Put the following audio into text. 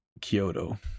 Kyoto